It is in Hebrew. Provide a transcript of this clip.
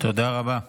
תודה רבה.